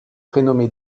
prénommé